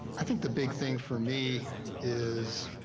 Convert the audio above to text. i think the big thing for me is.